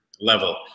level